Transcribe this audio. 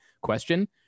question